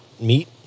meet